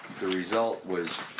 the result was